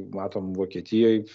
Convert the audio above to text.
matom vokietijoj